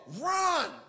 run